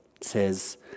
says